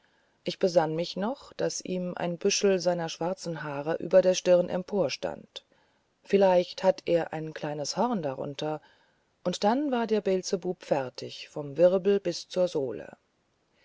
ich besann mich noch daß ihm ein büschel seiner schwarzen haare über der stirn emporstand vielleicht hat er ein kleines horn darunter und dann war der beelzebub fertig vom wirbel bis zur sohle